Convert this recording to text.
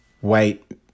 white